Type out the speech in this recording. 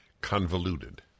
Convoluted